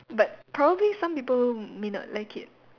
but probably some people may not like it